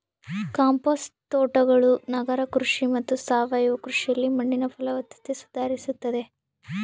compost ತೋಟಗಳು ನಗರ ಕೃಷಿ ಮತ್ತು ಸಾವಯವ ಕೃಷಿಯಲ್ಲಿ ಮಣ್ಣಿನ ಫಲವತ್ತತೆ ಸುಧಾರಿಸ್ತತೆ